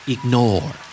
Ignore